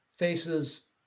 Faces